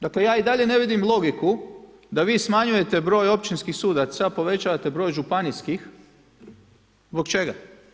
Dakle, ja i dalje ne vidim logiku da vi smanjujete broj općinskih sudaca, povećavate broj županijskih, zbog čega?